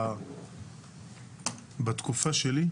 בתקופה שלי,